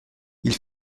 ils